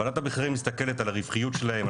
ועדת המחירים מסתכלת על הרווחיות שלהם,